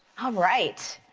um right.